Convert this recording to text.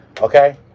okay